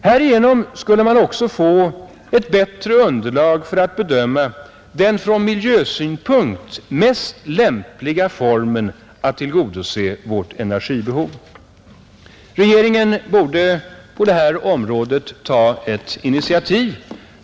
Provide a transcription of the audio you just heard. Härigenom skulle man också få ett bättre underlag för att bedöma den från miljösynpunkt mest lämpliga formen att tillgodose vårt energibehov. Regeringen borde på det här området ta ett initiativ.